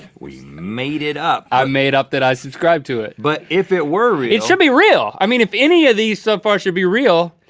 we made it up. i made up that i subscribe to it. but if it were real. it should be real! i mean if any of these so far should be real.